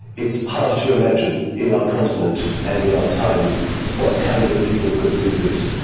it's hard to imagine in our continent and in our time what kind of people could do this.